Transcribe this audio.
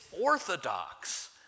orthodox